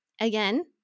Again